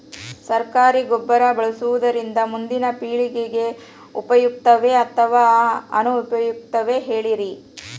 ಸರಕಾರಿ ಗೊಬ್ಬರ ಬಳಸುವುದರಿಂದ ಮುಂದಿನ ಪೇಳಿಗೆಗೆ ಉಪಯುಕ್ತವೇ ಅಥವಾ ಅನುಪಯುಕ್ತವೇ ಹೇಳಿರಿ